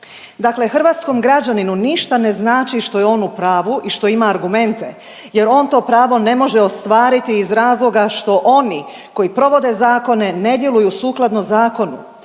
Dakle hrvatskom građaninu ništa ne znači što je on u pravu i što ima argumente jer on to pravo ne može ostvariti iz razloga što oni koji provode zakone ne djeluju sukladno zakonu